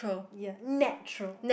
ya natural